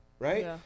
Right